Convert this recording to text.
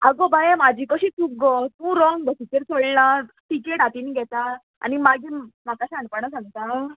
आगो बाये म्हाजी कशी चूक गो तूं रोंग बशिचेर चोडलां टिकेट हातीन घेता आनी मागीर म्हाका शाणपणा सांगता